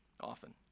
often